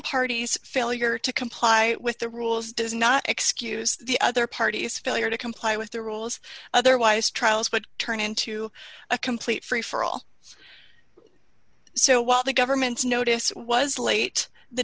party's failure to comply with the rules does not excuse the other party's failure to comply with the rules otherwise trials but turn into a complete free for all so while the government's notice was late the